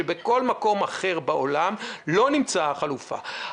שבכל מקום אחר בעולם לא נמצאה חלופה.